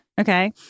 okay